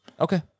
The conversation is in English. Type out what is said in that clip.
Okay